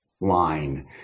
line